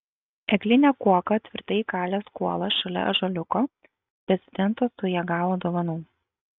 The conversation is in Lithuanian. egline kuoka tvirtai įkalęs kuolą šalia ąžuoliuko prezidentas tuoj ją gavo dovanų